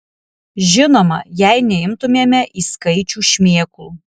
žinoma jei neimtumėme į skaičių šmėklų